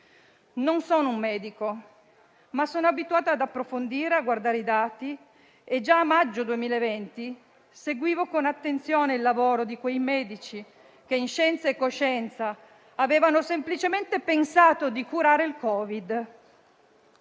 Non sono un medico, ma sono abituata ad approfondire e guardare i dati e già nel maggio 2020 seguivo con attenzione il lavoro di quei medici che, in scienza e coscienza, avevano semplicemente pensato di curare il Covid.